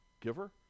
giver